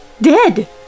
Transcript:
Dead